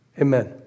Amen